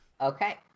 Okay